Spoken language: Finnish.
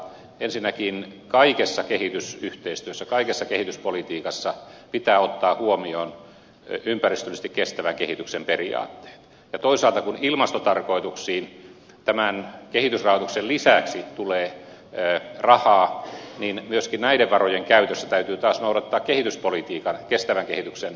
ensinnäkin kaikessa kehitysyhteistyössä kaikessa kehityspolitiikassa pitää ottaa huomioon ympäristöllisesti kestävän kehityksen periaatteet ja toisaalta kun ilmastotarkoituksiin tämän kehitysrahoituksen lisäksi tulee rahaa myöskin näiden varojen käytössä täytyy taas noudattaa kehityspolitiikan kestävän kehityksen periaatteita